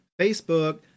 facebook